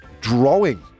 drawing